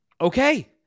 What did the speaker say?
okay